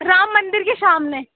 राम मंदिर के सामने